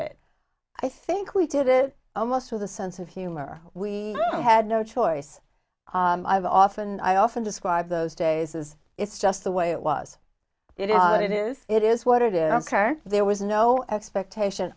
it i think we did it almost with a sense of humor we had no choice i have often i often describe those days as it's just the way it was you know it is it is what it is i'm sure there was no expectation